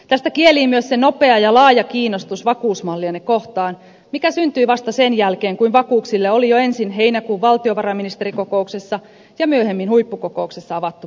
tästä kielii myös se nopea ja laaja kiinnostus vakuusmalliamme kohtaan joka syntyi vasta sen jälkeen kun vakuuksille oli jo ensin heinäkuun valtiovarainministerikokouksessa ja myöhemmin huippukokouksessa avattu mahdollisuus